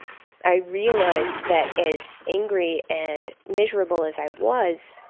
i realized that as angry and miserable as i was,